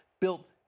built